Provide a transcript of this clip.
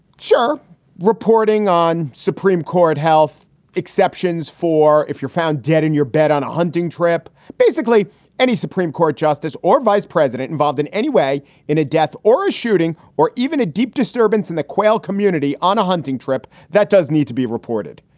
reporting on supreme court health exceptions for if you're found dead in your bed on a hunting trip, basically any supreme court justice or vice president involved in any way in a death or a shooting or even a deep disturbance in the quail community on a hunting trip, that does need to be reported.